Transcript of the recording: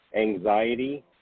anxiety